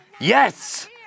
yes